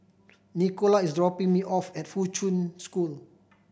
Nicola is dropping me off at Fuchun School